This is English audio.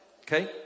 okay